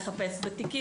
לחפש בתיקים,